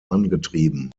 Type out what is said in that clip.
angetrieben